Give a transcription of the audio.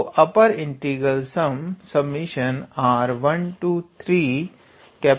तो upper integral sum r13Mr है